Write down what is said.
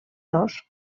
dos